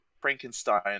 Frankenstein